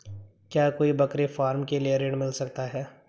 क्या कोई बकरी फार्म के लिए ऋण मिल सकता है?